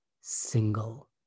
single